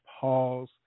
pause